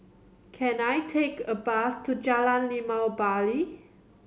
can I take a bus to Jalan Limau Bali